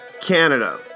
Canada